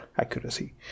accuracy